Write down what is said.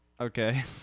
Okay